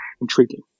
intriguing